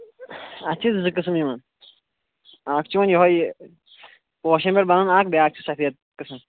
اَتھ چھِ زٕ قٕسٕم یِوان اَکھ چھُ یِوان یِہوٚے پوشَن پٮ۪ٹھ بَنان اَکھ بیٛاکھ چھُ سَفید قٕسٕم